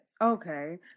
Okay